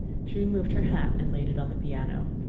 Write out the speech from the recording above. she removed her hat and laid it on the piano.